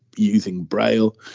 using braille.